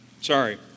Sorry